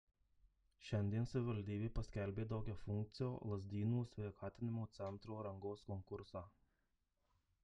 šiandien savivaldybė paskelbė daugiafunkcio lazdynų sveikatinimo centro rangos konkursą